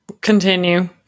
continue